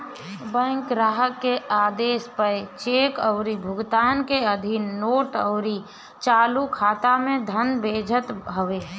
bank ग्राहक के आदेश पअ चेक अउरी भुगतान के अधीन नोट अउरी चालू खाता में धन भेजत हवे